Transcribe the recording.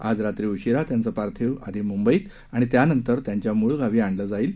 आज रात्री उशीरा त्यांचं पार्थिव आधी मुंबईत आणि त्यानंतर त्यांच्या मुळगावी आणलं जाईल